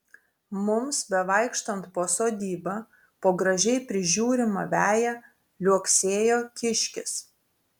mums bevaikštant po sodybą po gražiai prižiūrimą veją liuoksėjo kiškis